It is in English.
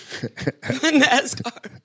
NASCAR